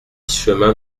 chemin